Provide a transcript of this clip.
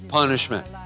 punishment